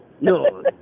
no